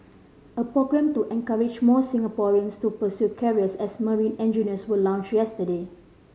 a programme to encourage more Singaporeans to pursue careers as marine engineers was launched yesterday